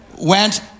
went